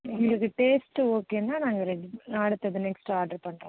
எங்களுக்கு டேஸ்ட் ஓகேன்னா நாங்கள் அடுத்தது நெக்ஸ்ட் ஆடர் பண்ணுறோம்